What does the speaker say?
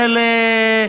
תראה,